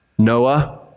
Noah